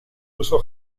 uso